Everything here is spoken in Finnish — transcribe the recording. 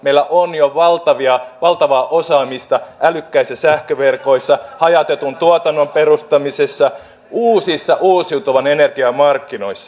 meillä on jo valtavaa osaamista älykkäissä sähköverkoissa hajautetun tuotannon perustamisessa uusissa uusiutuvan energian markkinoissa